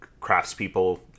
craftspeople